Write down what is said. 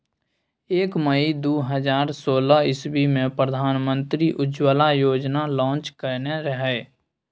एक मइ दु हजार सोलह इस्बी मे प्रधानमंत्री उज्जवला योजना लांच केने रहय